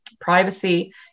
privacy